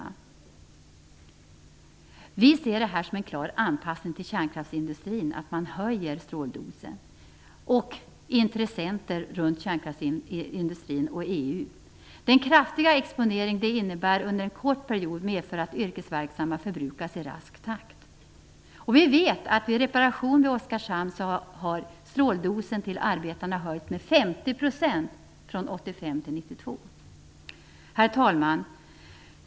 Att man höjer stråldosen ser vi som en klar anpassning till kärnkraftsindustrin, till intressenter runt kärnkraftsindustrin och till EU. Den kraftiga exponering detta innebär under en kort period medför att yrkesverksamma förbrukas i rask takt. Vi vet att vid reparation i Oskarshamn har stråldosen till arbetarna höjts med 50 % från 1985 till 1992. Herr talman!